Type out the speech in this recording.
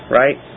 right